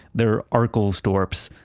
their arkelstorps,